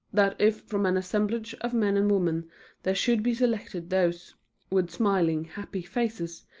that if from an assemblage of men and women there should be selected those with smiling, happy faces,